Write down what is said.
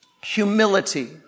humility